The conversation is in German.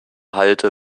halde